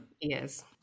Yes